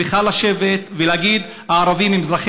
צריכה לשבת ולהגיד: הערבים הם אזרחי